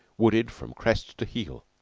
wooded from crest to heel.